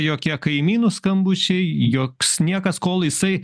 jokie kaimynų skambučiai joks niekas kol jisai